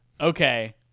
Okay